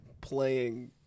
Playing